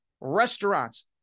restaurants